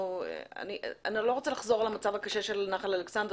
אני לא רוצה לחזור על המצב הקשה של נחל אלכסנדר,